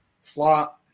flat